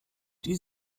die